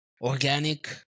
organic